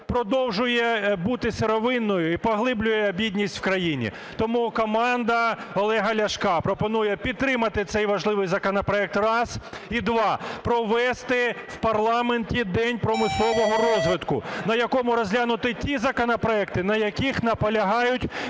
продовжує бути сировинною і поглиблює бідність в країні. Тому команда Олега Ляшка пропонує підтримати цей важливий законопроект, раз. І два. Провести в парламенті "день промислового розвитку", на якому розглянути ті законопроекти, на яких наполягають